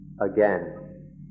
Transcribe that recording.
again